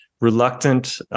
Reluctant